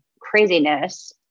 craziness